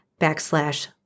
backslash